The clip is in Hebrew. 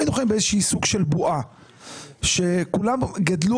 היינו חיים באיזושהי סוג של בועה שכולנו גדלנו